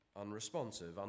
unresponsive